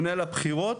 למנהל הבחירות,